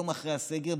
יום אחרי הסגר,